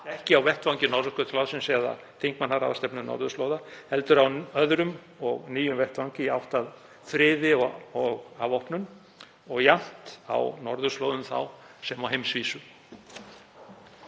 ekki á vettvangi Norðurskautsráðsins eða þingmannaráðstefnu norðurslóða, heldur á öðrum og nýjum vettvangi í átt að friði og afvopnun, jafnt á norðurslóðum þá sem á heimsvísu.